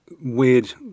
weird